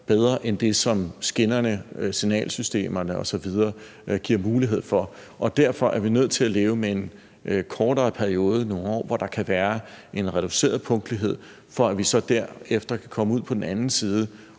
bedre end det, som skinnerne og signalsystemerne osv. giver mulighed for. Derfor er vi nødt til leve med en kortere periode i nogle år, hvor der kan være en reduceret punktlighed, for at vi så derefter kan komme ud på den anden side